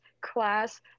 class